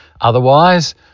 Otherwise